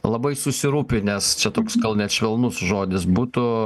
labai susirūpinęs čia toks gal net švelnus žodis būtų